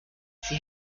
sie